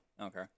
okay